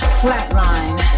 flatline